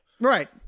Right